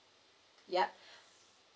yup